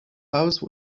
house